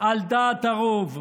על דעת הרוב.